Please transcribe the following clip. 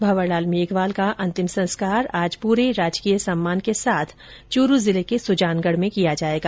भंवर लाल मेघवाल का अंतिम संस्कार आज पूरे राजकीय सम्मान के साथ चूरू जिले के सुजानगढ़ में किया जाएगा